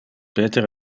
peter